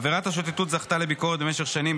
עבירת השוטטות זכתה לביקורת במשך השנים,